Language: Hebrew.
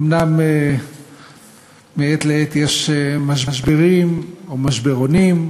אומנם מעת לעת יש משברים, או משברונים,